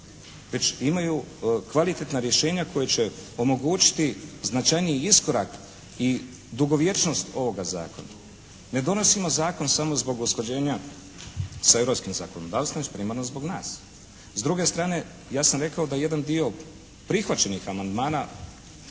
već imaju kvalitetna rješenja koja će omogućiti značajniji iskorak i dugovječnost ovoga zakona. Ne donosimo zakon samo zbog usklađenja sa europskim zakonodavstvom već primarno zbog nas. S druge strane ja sam rekao da jedan dio prihvaćenih amandmana